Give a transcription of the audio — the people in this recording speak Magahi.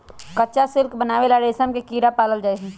कच्चा सिल्क बनावे ला रेशम के कीड़ा पालल जाई छई